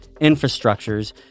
infrastructures